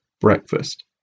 breakfast